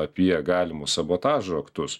apie galimus sabotažo aktus